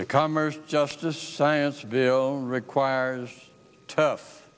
the commerce justice science video requires tough